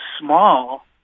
small